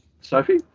Sophie